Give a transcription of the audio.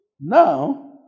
Now